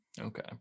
Okay